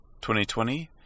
2020